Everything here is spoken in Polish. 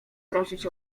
prosić